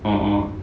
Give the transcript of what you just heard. oh oh